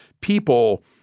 people